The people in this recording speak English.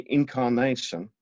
incarnation